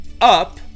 up